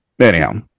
anyhow